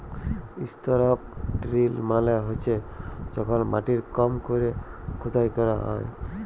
strip drill মালে হছে যখল মাটির কম ক্যরে খুদাই ক্যরা হ্যয়